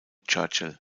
churchill